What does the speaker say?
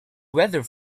weather